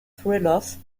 thrillers